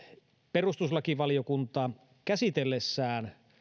perustuslakivaliokunta käsitellessään